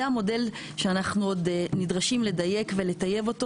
זה המודל שאנחנו נדרשים לדייק ולטייב אותו,